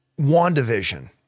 WandaVision